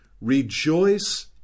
rejoice